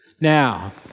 Now